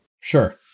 Sure